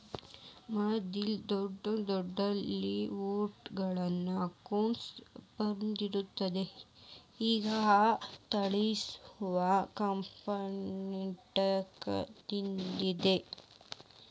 ಮದ್ಲೆಲ್ಲಾ ದೊಡ್ ದೊಡ್ ಲೆಡ್ಜರ್ನ್ಯಾಗ ಅಕೌಂಟ್ಸ್ ಬರ್ದಿಟ್ಟಿರ್ತಿದ್ರು ಈಗ್ ಆ ತ್ರಾಸಿಲ್ಲಾ ಯೆಲ್ಲಾ ಕ್ಂಪ್ಯುಟರ್ನ್ಯಾಗಿರ್ತೆತಿ